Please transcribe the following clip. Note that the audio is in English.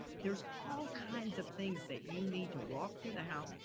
there's all kinds of things that you need to walk through the house,